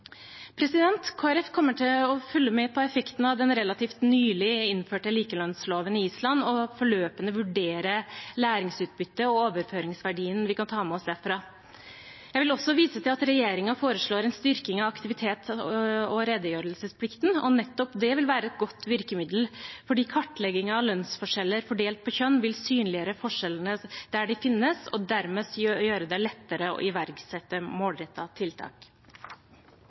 kommer til å følge med på effekten av den relativt nylig innførte likelønnsloven på Island og løpende vurdere læringsutbyttet og overføringsverdien vi kan ta med oss derfra. Jeg vil også vise til at regjeringen foreslår en styrking av aktivitets- og redegjørelsesplikten, og nettopp det vil være et godt virkemiddel, fordi kartleggingen av lønnsforskjeller fordelt på kjønn vil synliggjøre forskjellene der de finnes, og dermed gjøre det lettere å iverksette målrettede tiltak.